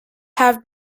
have